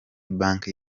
banki